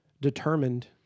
determined